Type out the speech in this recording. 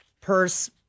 purse